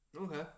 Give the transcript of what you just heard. Okay